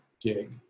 gig